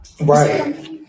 Right